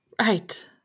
Right